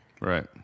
Right